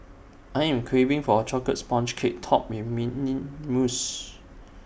I am craving for A Chocolate Sponge Cake Topped with mint mousse